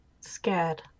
Scared